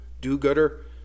do-gooder